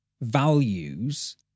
values